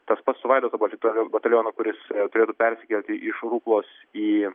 tas pats su vaidoto batal batalionu kuris turėtų persikelti iš ruklos į